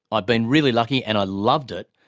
i've been really lucky and i loved it.